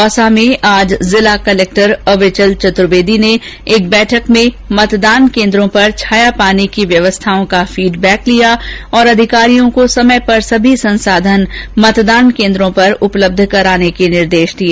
दौसा में आज जिला कलेक्टर अविचल चतुर्वेदी ने एक बैठक में मतदान केन्द्रों पर छाया पानी की व्यवस्थाओं का फीडबैक लिया और अधिकारियों को समय पर सभी संसाधन मतदान केन्द्रों पर उपलब्ध कराने के निर्देश दिए